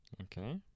Okay